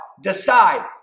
decide